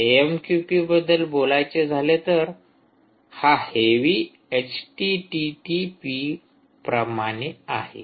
AMQP बद्दल बोलायचे झाले तर हा हेवी एचटीटीपी प्रमाणे आहे